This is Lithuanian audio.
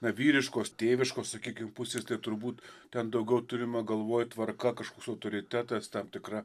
na vyriškos tėviškos sakykim pusės tai turbūt ten daugiau turima galvoj tvarka kažkoks autoritetas tam tikra